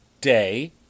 Day